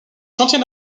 chantier